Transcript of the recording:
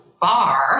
bar